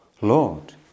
Lord